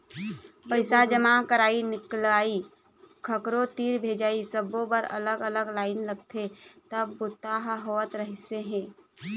पइसा जमा करई, निकलई, कखरो तीर भेजई सब्बो बर अलग अलग लाईन लगथे तब बूता ह होवत रहिस हे